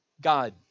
God